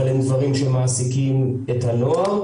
אבל הם דברים שמעסיקים את הנוער.